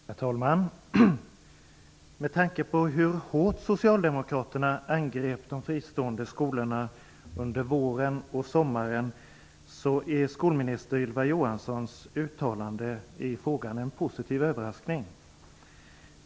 Herr talman! Med tanke på hur hårt socialdemokraterna angrep de fristående skolorna under våren och sommaren är skolminister Ylva Johanssons uttalanden i frågan en positiv överraskning.